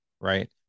right